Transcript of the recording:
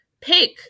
pick